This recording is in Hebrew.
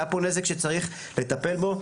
היה פה נזק שצריך לטפל בו.